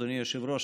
אדוני היושב-ראש.